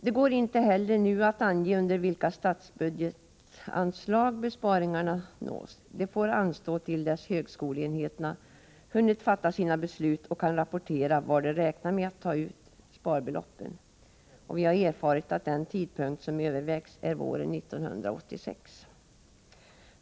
Det går inte heller nu att ange under vilka statsbudgetanslag besparingarna nås. Det får anstå till dess högskoleenheterna hunnit fatta sina beslut och kan rapportera var de räknar med att ta ut sparbeloppen. Vi har erfarit att den tidpunkt som övervägs är våren 1986.